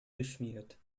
geschmiert